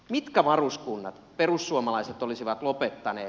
mitkä varuskunnat perussuomalaiset olisivat lopettaneet